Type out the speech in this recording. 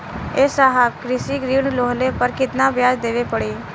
ए साहब कृषि ऋण लेहले पर कितना ब्याज देवे पणी?